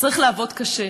וצריך לעבוד קשה.